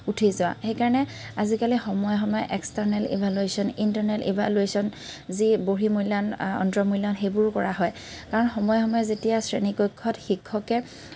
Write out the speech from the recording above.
উঠি যোৱা সেইকাৰণে আজিকালি সময়ে সময়ে এক্সটাৰ্নেল ইভালুৱেচন ইণ্টাৰনেল ইভালুৱেচন যি বৰ্হিমূল্যায়ন অন্তৰ্মূল্যায়ন সেইবোৰো কৰা হয় কাৰণ সময়ে সময়ে যেতিয়া শ্ৰেণীকক্ষত শিক্ষকে